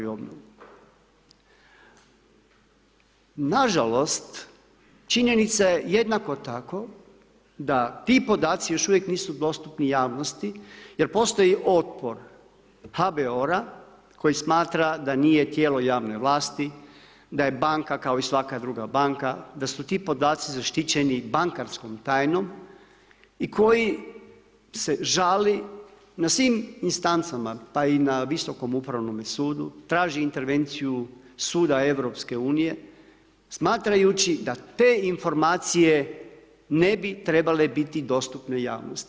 Nažalost, činjenica je jednako tako da ti podaci još uvijek nisu dostupni javnosti jer postoji otpor HBOR-a koji smatra da nije tijelo javne vlasti, da je banka kao i svaka druga banka, da su ti podaci zaštićeni bankarskom tajnom i koji se žali na svim instancama, pa i na Visokom upravnome sudu, traži intervenciju suda EU smatrajući da te informacije ne bi trebale biti dostupne javnosti.